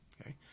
Okay